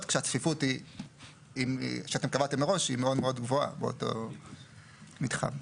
כשהצפיפות שקבעתם מראש היא מאוד מאוד גבוהה באותו מתחם.